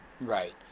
Right